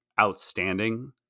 outstanding